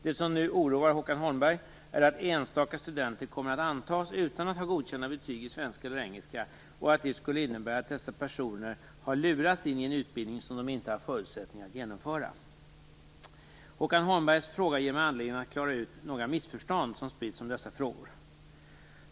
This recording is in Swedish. Det som nu oroar Håkan Holmberg är att enstaka studenter kommer att antas utan att ha godkända betyg i svenska eller engelska och att detta skulle innebära att dessa personer har lurats in i en utbildning som de inte har förutsättningar att genomföra. Håkan Holmbergs fråga ger mig anledning att klara ut några missförstånd som spritts om dessa frågor.